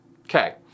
Okay